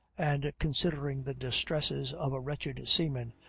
and considering the distresses of a wretched seaman,